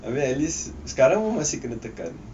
tapi at least sekarang pun masih kena tekan